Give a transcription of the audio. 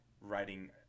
writing